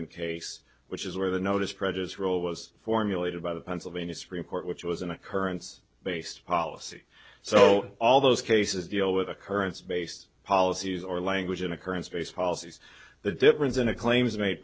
brakeman case which is where the notice prejudice role was formulated by the pennsylvania supreme court which was an occurrence based policy so all those cases deal with occurrence based policies or language in occurrence based policies the difference in a claims made